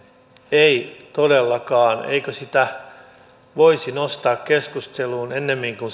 ei todellakaan eikö sitä voisi nostaa keskusteluun ennemmin kuin